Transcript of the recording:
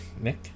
Nick